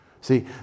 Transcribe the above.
See